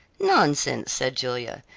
nonsense, said julia.